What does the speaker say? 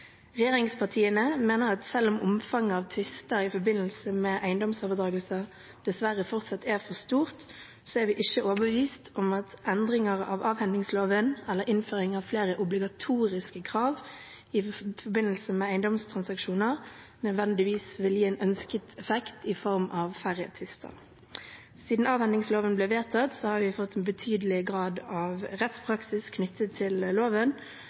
tvister i forbindelse med eiendomsoverdragelser dessverre fortsatt er for stort, er vi ikke overbevist om at endringer av avhendingsloven eller innføring av flere obligatoriske krav i forbindelse med eiendomstransaksjoner nødvendigvis vil gi en ønsket effekt i form av færre tvister. Siden avhendingsloven ble vedtatt, har vi fått en betydelig grad av rettspraksis knyttet til loven.